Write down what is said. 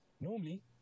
normally